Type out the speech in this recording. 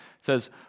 says